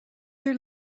your